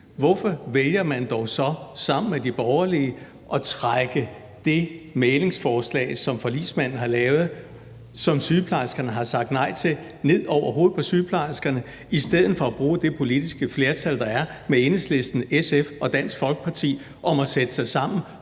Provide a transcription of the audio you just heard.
vil agere politisk – sammen med de borgerlige at trække det mæglingsforslag, som forligsmanden har lavet, og som sygeplejerskerne har sagt nej til, ned over hovedet på sygeplejerskerne i stedet for at bruge det politiske flertal, der er med Enhedslisten, SF og Dansk Folkeparti, til at sætte sig sammen